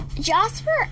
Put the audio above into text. Jasper